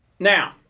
Now